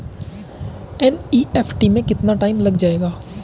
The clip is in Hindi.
एन.ई.एफ.टी में कितना टाइम लग जाएगा?